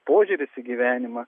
požiūris į gyvenimą